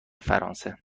فرانسه